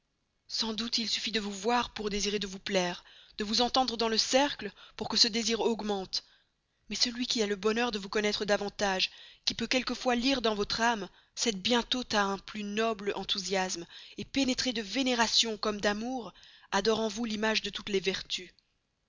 sans doute il suffit de vous voir pour désirer de vous plaire de vous entendre dans le cercle pour que ce désir augmente mais celui qui a le bonheur de vous connaître davantage qui peut quelquefois lire dans votre âme cède bientôt à un plus noble enthousiasme pénétré de vénération comme d'amour adore en vous l'image de toutes les vertus